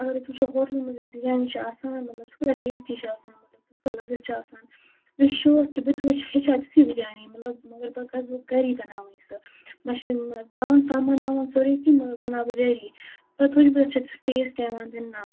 اَگر أسۍ وُچھو ہوٹلن منٛز یُس بِریانی چھِ آسان مَطلب سُہ کوٗتاہ ٹیٚسٹی چھِ آسان کوٗتاہ لذت چھُ آسان مےٚ چھُ شوق کہِ بہٕ تہِ وُچھٕ ہیٚچھان تِژھٕے بِریانی مطلب مگر بہٕ کَرٕ وۅنۍ گری بَناوٕنۍ سۅ مےٚ چھِنہٕ مطلب پانہٕ سامان وامان سورُے کیٚنٛہہ مگر بَناوٕ بہٕ گَری پَتہٕ وُچھٕ بہٕ اتھ چھا سُہ ٹیٚسٹہٕ یِوان دِنہٕ آ